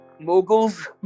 Moguls